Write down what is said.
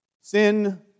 Sin